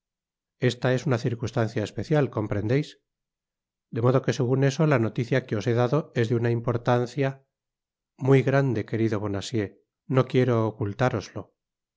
esta es una circunstancia esencial comprendeis de modo que segun eso la noticia que os he dado es de una importancia muy grande querido bonacieux no quiero ocultároslo